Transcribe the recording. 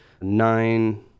nine